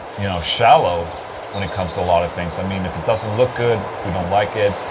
you know, shallow when it comes to a lot of things i mean, if it doesn't look good, we don't like it.